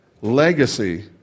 legacy